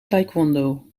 taekwondo